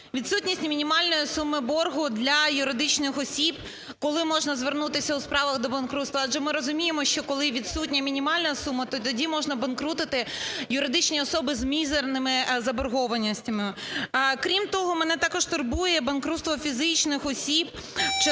відсутність мінімальної суми боргу для юридичних осіб, коли можна звернутися у справах до банкрутства, адже ми розуміємо, що, коли відсутня мінімальна сума, то тоді можна банкрутити юридичні особи з мізерними заборгованостями. Крім того, мене також турбує банкрутство фізичних осіб в частині